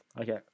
Okay